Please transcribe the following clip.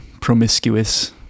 promiscuous